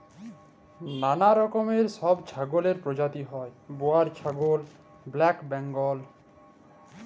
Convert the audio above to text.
ম্যালা রকমের ছব ছাগলের পরজাতি হ্যয় বোয়ার ছাগল, ব্যালেক বেঙ্গল